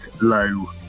low